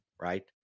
right